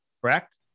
Correct